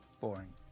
boring